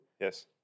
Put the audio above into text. Yes